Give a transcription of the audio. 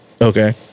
Okay